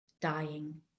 dying